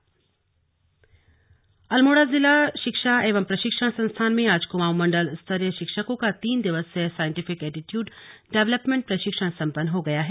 प्रशिक्षण संपन्न अल्मोड़ा में जिला शिक्षा एवं प्रशिक्षण संस्थान में आज कुमाऊं मंडल स्तरीय शिक्षकों का तीन दिवसीय साइंटिफिक एटीट्यूड डेवलपमेंट प्रशिक्षण संपन्न हो गया है